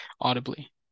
audibly